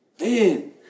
Man